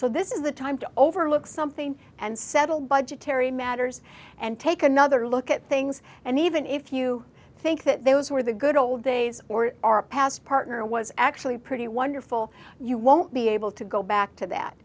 so this is the time to overlook something and settle budgetary matters and take another look at things and even if you think that those were the good old days or our past partner was actually pretty wonderful you won't be able to go back to that